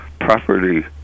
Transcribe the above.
property